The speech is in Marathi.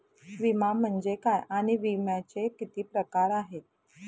विमा म्हणजे काय आणि विम्याचे किती प्रकार आहेत?